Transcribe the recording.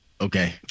Okay